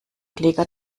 kläger